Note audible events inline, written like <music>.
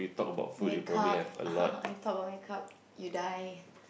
makeup <laughs> I talk about makeup you die